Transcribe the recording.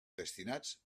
destinats